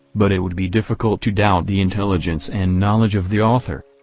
but it would be difficult to doubt the intelligence and knowledge of the author.